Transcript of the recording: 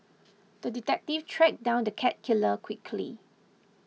the detective tracked down the cat killer quickly